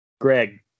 Greg